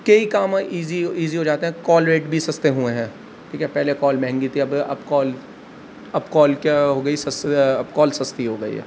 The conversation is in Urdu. کئی کام ایزی ایزی ہو جاتے ہیں کال ریٹ بھی سستے ہوئے ہیں ٹھیک ہے پہلے کال مہنگی تھی اب اب کال اب کال کیا ہو گئی اب کال سستی ہو گئی ہے